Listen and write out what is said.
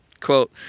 quote